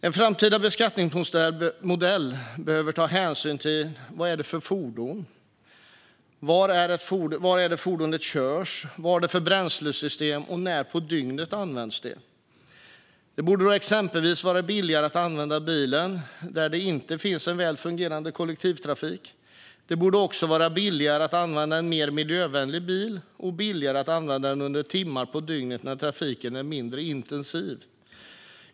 En framtida beskattningsmodell behöver ta hänsyn till vad det är för fordon, var fordonet körs, vilket bränslesystem det har och när på dygnet det används. Det borde exempelvis vara billigare att använda bilen där det inte finns en väl fungerande kollektivtrafik. Det borde också vara billigare att använda en mer miljövänlig bil och billigare att använda den under timmar på dygnet när trafiken är mindre intensiv.